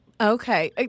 Okay